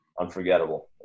unforgettable